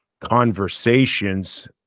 conversations